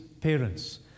parents